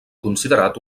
considerat